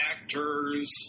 actors